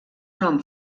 nom